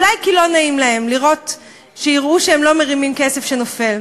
אולי כי לא נעים להם שיראו שהם לא מרימים כסף שנופל.